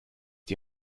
die